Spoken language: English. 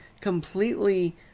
completely